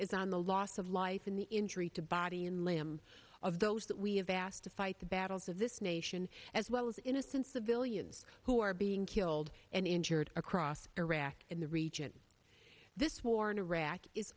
is on the loss of life in the injury to body and limb of those that we have asked to fight the battles of this nation as well as innocent civilians who are being killed and injured across iraq in the region this war in iraq is